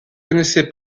connaissez